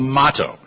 motto